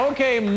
Okay